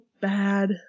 bad